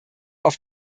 auf